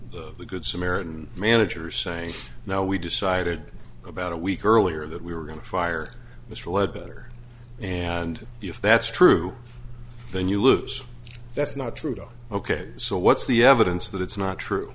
from the good samaritan manager saying now we decided about a week earlier that we were going to fire mr lead better and if that's true then you lose that's not true ok so what's the evidence that it's not true